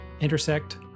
intersect